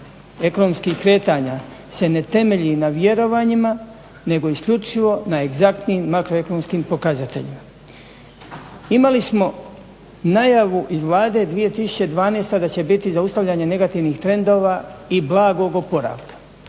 ekonomskih kretanja se ne temelji na vjerovanjima nego isključivo na egzaktnim makroekonomskim pokazateljima. Imali smo najavu iz Vlade 2012.da će biti zaustavljanja negativnih trendova i blagog oporavka,